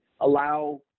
allow